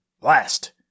Blast